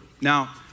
Now